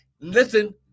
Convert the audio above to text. Listen